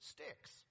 Sticks